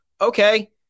okay